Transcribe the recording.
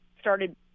started